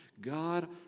God